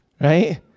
right